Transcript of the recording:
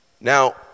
Now